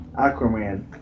Aquaman